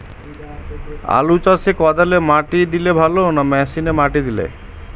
আলু চাষে কদালে মাটি দিলে ভালো না মেশিনে মাটি দিলে?